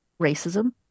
racism